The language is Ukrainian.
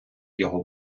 його